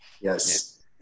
Yes